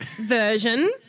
version